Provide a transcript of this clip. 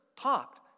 talked